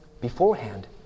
beforehand